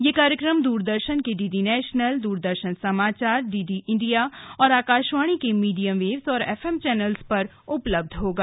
यह कार्यक्रम द्रदर्शन के डीडी नेशनल दूरदर्शन समाचार डीडी इंडिया तथा आकाशवाणी के मीडियम वेव और एफएम चैनल पर उपलब्ध रहेगा